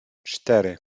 cztery